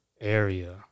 area